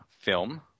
film